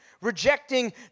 rejecting